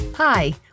Hi